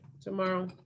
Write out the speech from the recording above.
tomorrow